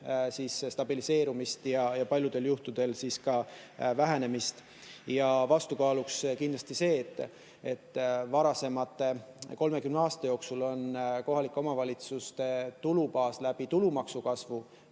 stabiliseerumist ja paljudel juhtudel ka vähenemist. Vastukaaluks kindlasti see, et varasema 30 aasta jooksul on kohalike omavalitsuste tulubaas tulumaksu kasvu